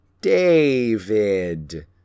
David